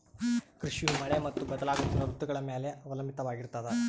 ಕೃಷಿಯು ಮಳೆ ಮತ್ತು ಬದಲಾಗುತ್ತಿರೋ ಋತುಗಳ ಮ್ಯಾಲೆ ಅವಲಂಬಿತವಾಗಿರ್ತದ